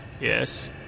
Yes